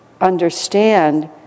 understand